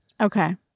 Okay